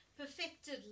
perfected